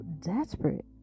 desperate